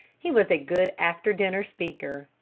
he was a good after-dinner speaker,